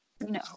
No